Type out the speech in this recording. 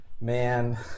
Man